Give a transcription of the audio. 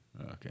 Okay